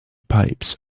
pipes